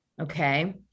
Okay